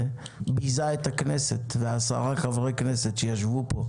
ביזה את הכנסת ועשרה חברי כנסת שישבו פה,